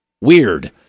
Weird